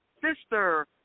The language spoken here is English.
sister